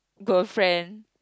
girlfriend